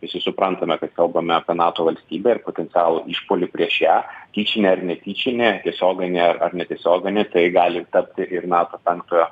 visi suprantame kad kalbame apie nato valstybę ir potencialų išpuolį prieš ją tyčinį ar netyčinį tiesioginį ar ar netiesioginį tai gali tapti ir nato penktojo